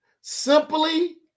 Simply